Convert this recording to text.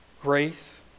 grace